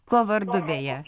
kuo vardu beje